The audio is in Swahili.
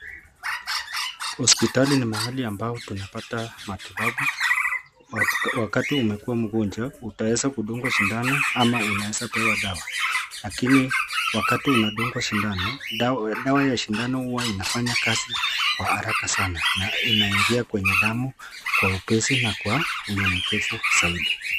Hopsitali ni mahali ambao tunapata matibabu. Wakati umekuwa mgonjwa utaeza kudungwa sindano ama unaeza pewa dawa. Lakini wakati unadungwa sindano, dawa ya sindano huwa inafanya kazi kwa haraka sana na inaingia kwenye damu kwa upesi na kwa unyenyekevu zaidi.